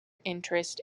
interest